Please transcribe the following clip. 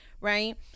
right